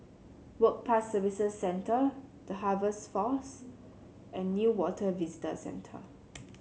Work Pass Services Centre The Harvest Force and Newater Visitor Centre